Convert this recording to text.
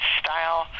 style